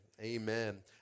Amen